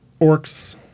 orcs